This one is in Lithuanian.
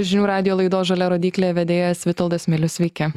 žinių radijo laidos žalia rodyklė vedėjas vitoldas milius sveiki